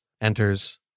enters